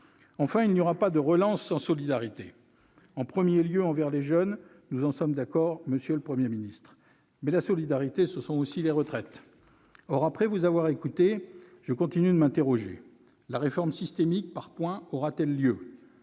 Enfin, il n'y aura pas de relance sans solidarité, en premier lieu envers les jeunes, nous en sommes d'accord, monsieur le Premier ministre, mais aussi à propos des retraites. Or, après vous avoir écouté, je continue de m'interroger : la réforme systémique par point aura-t-elle lieu ?